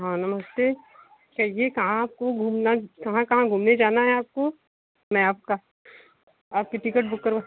हाँ नमस्ते कहिए कहाँ आपको घूमना कहाँ कहाँ घूमने जाना है आपको मैं आपका आपकी टिकट बुक करवा